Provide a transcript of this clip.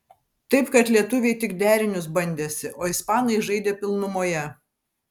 taip kad lietuviai tik derinius bandėsi o ispanai žaidė pilnumoje